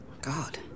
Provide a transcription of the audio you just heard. God